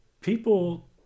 People